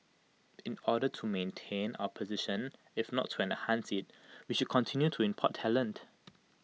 in order to maintain our position if not to enhance IT we should continue to import talent